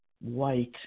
white